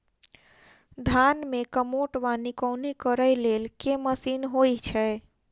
धान मे कमोट वा निकौनी करै लेल केँ मशीन होइ छै?